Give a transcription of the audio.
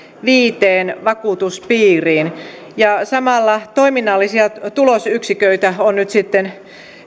viiteen vakuutuspiiriin ja samalla toiminnallisia tulosyksiköitä on nyt sitten